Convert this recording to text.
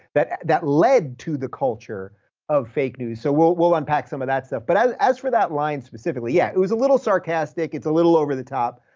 that that led to the culture of fake news. so we'll we'll unpack some of that stuff. but as as for that line specifically, yeah, it was a little sarcastic, it's a little over the top,